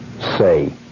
say